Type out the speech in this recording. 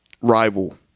rival